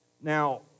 Now